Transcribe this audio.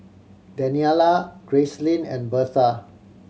Daniella Gracelyn and Berta